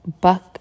Buck